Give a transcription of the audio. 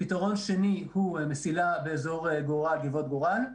פתרון שני הוא מסילה באזור גבעות גורל,